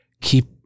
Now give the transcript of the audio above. keep